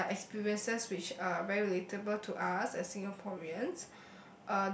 and their experiences which uh very relatable to us as Singaporeans